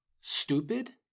stupid